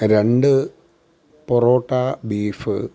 രണ്ട് പൊറോട്ടാ ബീഫ്